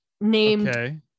named